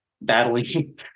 battling